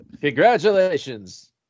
Congratulations